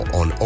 on